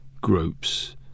groups